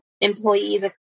employees